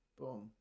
Boom